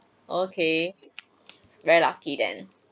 okay very lucky then